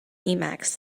emacs